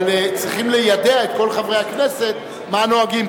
אבל צריכים ליידע את כל חברי הכנסת מה נוהגים,